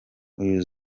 uyu